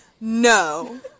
no